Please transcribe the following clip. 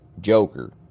Joker